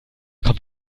kommt